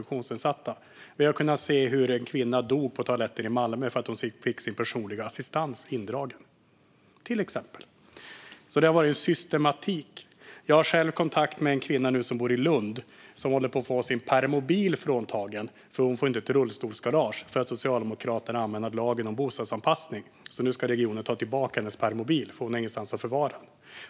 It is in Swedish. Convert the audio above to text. Vi har till exempel kunnat se hur en kvinna dog på toaletten i Malmö därför att hon fick sin personliga assistans indragen. Det har varit en systematik. Jag har själv kontakt med en kvinna som bor i Lund och som håller på att bli fråntagen sin permobil därför att hon inte får något rullstolsgarage för att Socialdemokraterna har ändrat lagen om bostadsanpassning. Nu ska regionen ta tillbaka hennes permobil därför att hon inte har någonstans att förvara den.